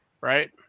right